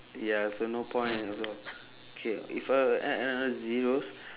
ya so no point also K if I would add another zeroes